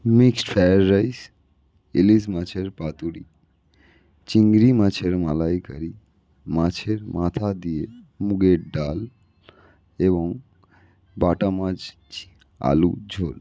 mixed fried rice ইলিশ মাছের পাতুরি চিংড়ি মাছের মালাইকারি মাছের মাথা দিয়ে মুগের ডাল এবং বাটা মাছ আলু ঝোল